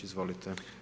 Izvolite.